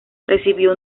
recibió